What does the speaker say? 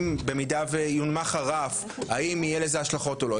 במידה ויונמך הרף האם יהיה לזה השלכות או לא.